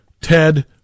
Ted